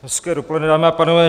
Hezké dopoledne, dámy a pánové.